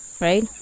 right